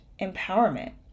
empowerment